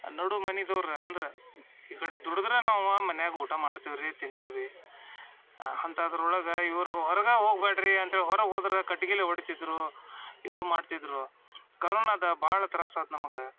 ನಡು ಮನೆಯವ್ರು ಅಂದ್ರೆ ಈ ಕಡೆ ದುಡಿದ್ರೆ ನಾವು ಮನ್ಯಾಗ ಊಟ ಮಾಡ್ತೀವಿ ರೀ ತಿಂತೀವಿ ಅಂಥದ್ರೊಳಗೆ ಇವರು ಹೊರ್ಗೆ ಹೋಗ್ಬ್ಯಾಡ ರೀ ಅಂಥೇಳಿ ಹೊರಗೆ ಹೋದ್ರೆ ಕಟ್ಟಿಗೆಲೆ ಹೊಡಿತಿದ್ರು ಇದು ಮಾಡ್ತಿದ್ರು ಕರೋನದ ಭಾಳ ತ್ರಾಸ್ ಆಯ್ತು ನಮ್ಗೆ